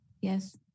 Yes